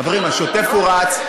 חברים, השוטף רץ.